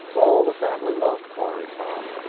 all the family loved quarry farm,